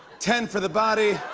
ten for the body.